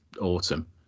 autumn